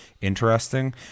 interesting